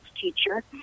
teacher